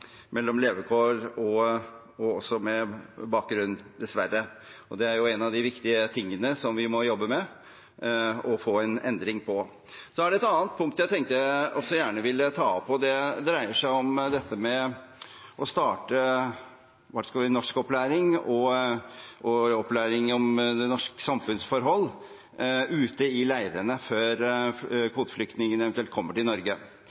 mellom levekår og bakgrunn, dessverre, og det er en av de viktige tingene som vi må jobbe med å få en endring på. Så er det et annet punkt jeg tenkte jeg også gjerne ville ta opp, og det dreier seg om dette med å starte norskopplæring og opplæring i norske samfunnsforhold ute i leirene før kvoteflyktningene eventuelt kommer til Norge.